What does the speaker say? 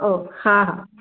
हा हा